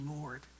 Lord